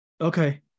Okay